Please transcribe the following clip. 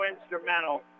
instrumental